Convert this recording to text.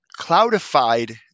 Cloudified